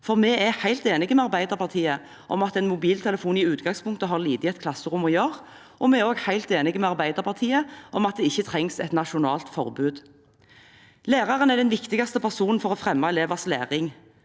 Vi er helt enig med Arbeiderpartiet i at en mobiltelefon i utgangspunktet har lite i et klasserom å gjøre, og vi er også helt enig med Arbeiderpartiet i at det ikke trengs et nasjonalt forbud. Læreren er den viktigste personen for å fremme elevers læring.